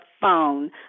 phone